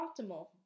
optimal